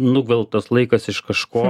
nugvelbtas laikas iš kažko